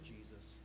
Jesus